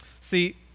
See